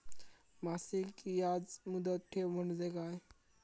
मासिक याज मुदत ठेव म्हणजे काय?